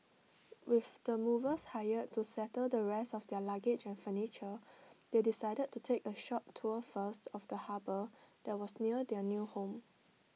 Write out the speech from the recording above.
with the movers hired to settle the rest of their luggage and furniture they decided to take A short tour first of the harbour that was near their new home